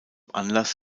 anlass